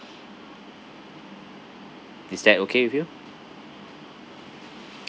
is that okay with you